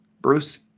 Bruce